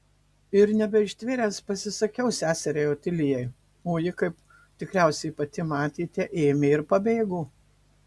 ir nebeištvėręs pasisakiau seseriai otilijai o ji kaip tikriausiai pati matėte ėmė ir pabėgo